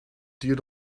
due